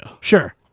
Sure